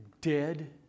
dead